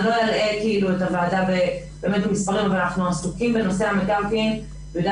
אנחנו עסוקים בנושא המקרקעין ביהודה